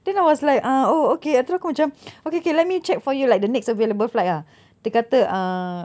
then I was like ah oh okay terus aku macam okay okay let me check for you like the next available flight ah dia kata err